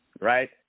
Right